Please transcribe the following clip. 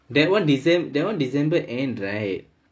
that [one] decem~ that [one] december end right